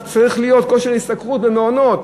צריך להיות כושר השתכרות לסבסוד במעונות.